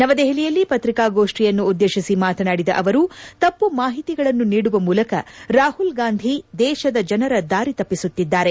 ನವದೆಹಲಿಯಲ್ಲಿ ಪತ್ರಿಕಾಗೋಷ್ಣಿಯನ್ನುದ್ದೇಶಿ ಮಾತನಾಡಿದ ಅವರು ತಪ್ಪು ಮಾಹಿತಿಗಳನ್ನು ನೀಡುವ ಮೂಲಕ ರಾಹುಲ್ಗಾಂಧಿ ದೇಶದ ಜನರ ದಾರಿ ತಪ್ಪಿಸುತ್ತಿದ್ದಾರೆ